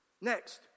next